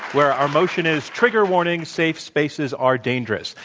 where our motion is trigger warning safe spaces are dangerous.